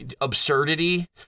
absurdity